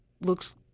looks